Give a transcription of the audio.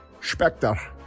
Spectre